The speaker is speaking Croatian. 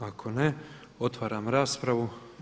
Ako ne, otvaram raspravu.